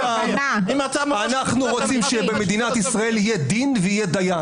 אנחנו רוצים שבמדינת ישראל יהיה דין ויהיה דיין.